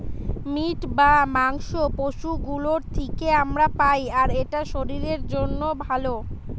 meet বা মাংস পশু গুলোর থিকে আমরা পাই আর এটা শরীরের জন্যে ভালো